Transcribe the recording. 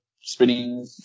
spinning